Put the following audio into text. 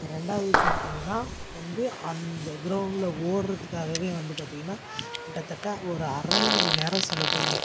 ரெண்டாவது பார்த்திங்கன்னா வந்து அந்த க்ரௌண்ட்டில் ஓடுறதுக்காகவே வந்து பார்த்திங்கன்னா கிட்டத்தட்ட ஒரு அரை மணி நேரம் செலவு பண்ணுவேன்